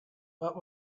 but